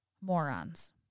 morons